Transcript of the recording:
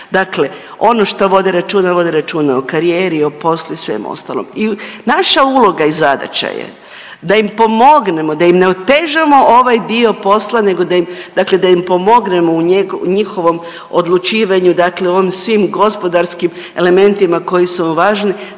Dakle, ono što vode računa, vode računa o karijeri, o poslu i svemu ostalom i naša uloga i zadaća je da im pomognemo, da im ne otežamo ovaj dio posla nego da im, dakle da im pomognemo u njihovom odlučivanju, dakle u ovim svim gospodarskim elementima koji su važni